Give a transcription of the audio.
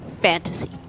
fantasy